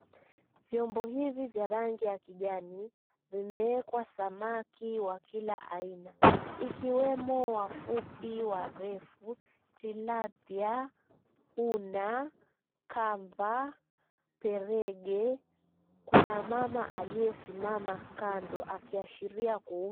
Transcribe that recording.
Vyombo hivi vya rangi ya kijani vimewekwa samaki wa kila aina, ikiwemo wafupi, warefu tilapia, una, kamba, perege. Kuna mama aliyesimama kando akiashiria kuuza.